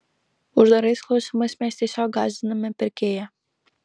uždarais klausimais mes tiesiog gąsdiname pirkėją